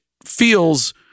feels